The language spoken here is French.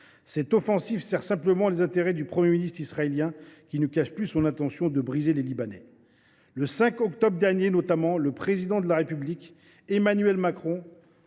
Cette offensive sert simplement les intérêts du Premier ministre israélien, qui ne cache plus son intention de briser les Libanais. Le 5 octobre dernier, le Président de la République Emmanuel Macron